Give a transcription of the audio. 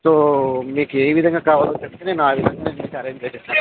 so మీకు ఏ విధంగా కావాలో చెప్తే నేను ఆ విధంగా మీకు అరేంజ్ చేసి ఇస్తాను